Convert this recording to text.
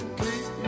keep